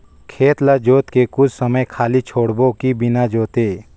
खेत ल जोत के कुछ समय खाली छोड़बो कि बिना जोते?